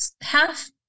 half